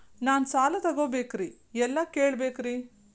ನಾನು ಸಾಲ ತೊಗೋಬೇಕ್ರಿ ಎಲ್ಲ ಕೇಳಬೇಕ್ರಿ?